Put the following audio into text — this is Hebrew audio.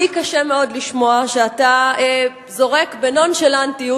לי קשה מאוד לשמוע שאתה זורק בנון-שלנטיות,